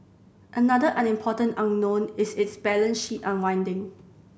another unimportant unknown is its balance sheet unwinding